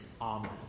Amen